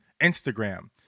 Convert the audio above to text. Instagram